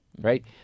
right